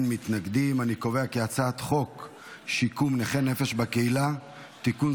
אני קובע כי הצעת חוק שיקום נכי נפש בקהילה (תיקון,